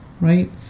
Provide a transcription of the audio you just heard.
right